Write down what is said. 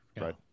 right